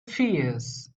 fears